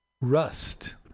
Rust